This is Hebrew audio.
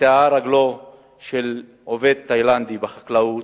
נקטעה רגלו של עובד תאילנדי בחקלאות,